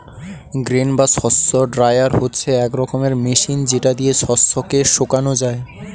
grain বা শস্য dryer হচ্ছে এক রকমের মেশিন যেটা দিয়ে শস্য কে শোকানো যায়